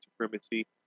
supremacy